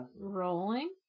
rolling